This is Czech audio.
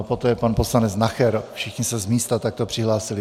Poté pan poslanec Nacher, všichni se z místa takto přihlásili.